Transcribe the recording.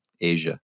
Asia